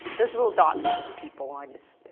those little dots are just people. i just,